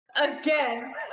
Again